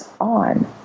on